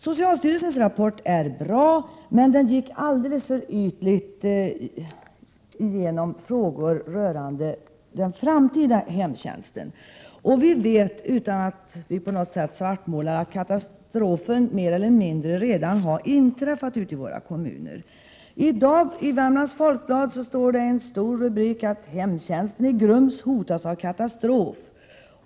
Socialstyrelsens rapport är bra, men den gick alldeles för ytligt igenom frågor rörande den framtida hemtjänsten. Utan att på något sätt svartmåla kan jag säga att vi vet ju att katastrofen mer eller mindre redan har inträffat ute i våra kommuner. I dag står det i Värmlands Folkblad en stor rubrik: Hemtjänsten i Grums hotas av katastrof.